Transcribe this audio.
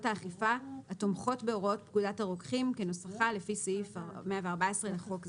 האכיפה התומכות בהוראות פקודת הרוקחים כנוסחה לפי סעיף 114 לחוק זה.